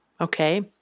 Okay